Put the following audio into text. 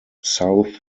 south